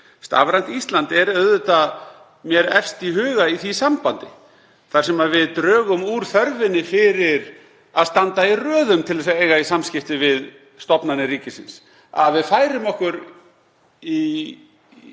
Stafrænt Ísland er mér auðvitað efst í huga í því sambandi þar sem við drögum úr þörfinni fyrir að standa í röðum til þess að eiga í samskiptum við stofnanir ríkisins, færum okkur inn